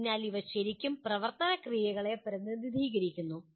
അതിനാൽ ഇവ ശരിക്കും പ്രവർത്തന ക്രിയകളെ പ്രതിനിധീകരിക്കുന്നു